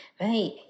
Right